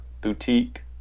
boutique